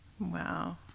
Wow